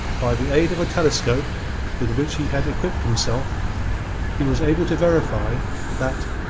by the aid of a telescope with which he had equipped himself he was able to verify that,